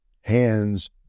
hands